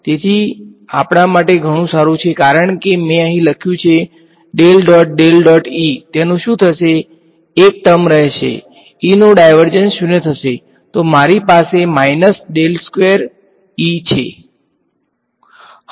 તેથી આપણા માટે ઘણૂ સારુ છે કારણ કે આ મેં અહીં લખ્યું છે તેનુ શુ થશે એક ટર્મ રહેશે E નો ડાયવર્જંસ શુન્ય થશે તો મારી પાસે છે